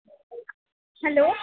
hello